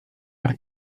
nach